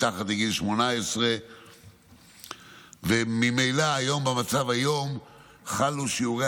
מתחת לגיל 18. ממילא במצב היום חלו שיעורי